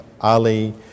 Ali